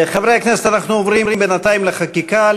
חברי הכנסת, אנחנו עוברים בינתיים לחקיקה.